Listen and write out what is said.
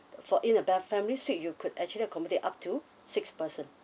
for in a fa~ family suite you could actually accommodate up to six person